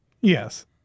Yes